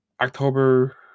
October